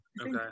Okay